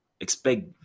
expect